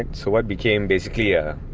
and so what became basically a